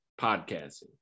podcasting